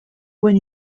when